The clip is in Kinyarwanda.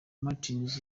martins